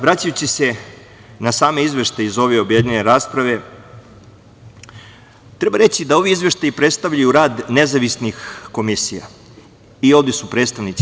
Vraćajući se na same izveštaje iz ove objedinjene rasprave, treba reći da ovi izveštaji predstavljaju rad nezavisnih komisija i ovde su predstavnici.